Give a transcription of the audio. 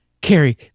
Carrie